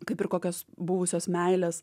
kaip ir kokios buvusios meilės